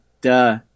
duh